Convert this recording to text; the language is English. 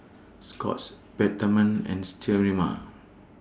Scott's Peptamen and Sterimar